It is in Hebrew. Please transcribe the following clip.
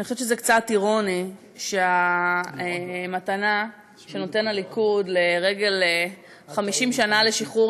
אני חושבת שזה קצת אירוני שהמתנה שנותן הליכוד לרגל 50 שנה לשחרור